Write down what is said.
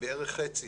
בערך חצי